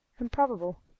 improbable